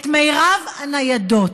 את מרב הניידות?